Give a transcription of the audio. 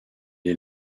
est